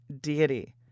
deity